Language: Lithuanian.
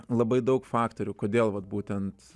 labai daug faktorių kodėl vat būtent